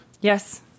Yes